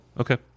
Okay